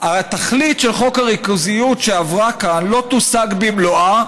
התכלית של חוק הריכוזיות שעבר כאן לא תושג במלואה,